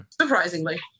surprisingly